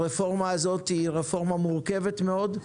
הרפורמה הזאת היא רפורמה מורכבת מאוד,